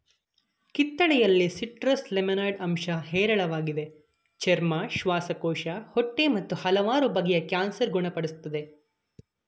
ಕಿತ್ತಳೆಯಲ್ಲಿ citrus limonoid ಅಂಶ ಹೇರಳವಾಗಿದೆ ಚರ್ಮ ಶ್ವಾಸಕೋಶ ಹೊಟ್ಟೆ ಮತ್ತು ಹಲವಾರು ಬಗೆಯ ಕ್ಯಾನ್ಸರ್ ಗುಣ ಪಡಿಸ್ತದೆ